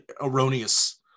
erroneous